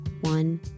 One